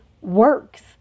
works